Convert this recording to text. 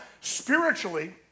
spiritually